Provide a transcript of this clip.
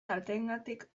kalteengatik